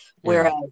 whereas